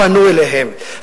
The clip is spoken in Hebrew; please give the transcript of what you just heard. פנו אליהם,